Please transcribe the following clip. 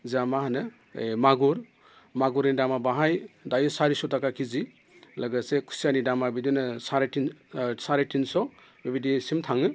जोंहा मा होनो ओय मागुर मागुरनि दामा बेवहाय दायो सारिस' थाखा खेजि लोगोसे खुसियानि दामा बिदिनो साराय थिन साराय थिनस' बिबायदिसिम थाङो